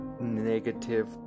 negative